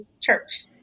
church